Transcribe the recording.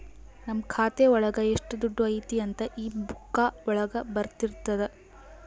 ನಮ್ ಖಾತೆ ಒಳಗ ಎಷ್ಟ್ ದುಡ್ಡು ಐತಿ ಅಂತ ಈ ಬುಕ್ಕಾ ಒಳಗ ಬರ್ದಿರ್ತರ